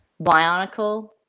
Bionicle